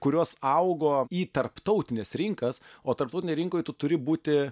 kurios augo į tarptautines rinkas o tarptautinėj rinkoj tu turi būti